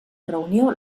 reunió